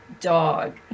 dog